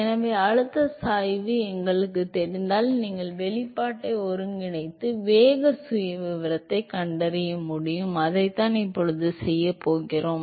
எனவே அழுத்தம் சாய்வு எங்களுக்குத் தெரிந்தால் நீங்கள் வெளிப்பாட்டை ஒருங்கிணைத்து வேக சுயவிவரத்தைக் கண்டறிய முடியும் அதைத்தான் இப்போது செய்யப் போகிறோம்